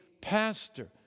pastor